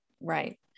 Right